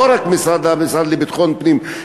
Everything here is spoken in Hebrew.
לא רק המשרד לביטחון פנים,